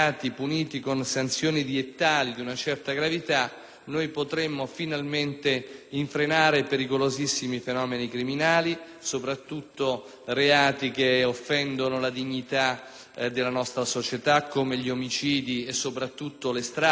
potremo finalmente frenare pericolosissimi fenomeni criminali che offendono la dignità della nostra società come gli omicidi e soprattutto le stragi, che in questo Paese hanno caratterizzato decenni